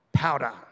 Powder